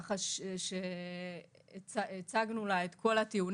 כך שהצגנו לה את כל הטיעונים.